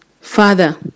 Father